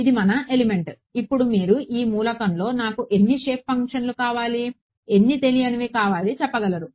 ఇది మన ఎలిమెంట్ ఇప్పుడు మీరు ఈ మూలకంలో నాకు ఎన్ని షేప్ ఫంక్షన్లు కావాలి ఎన్ని తెలియనివి కావాలి చెప్పగలరు